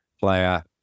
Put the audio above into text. player